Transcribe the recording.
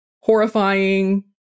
horrifying